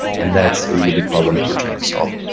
and that's a really big problem that we're trying to solve.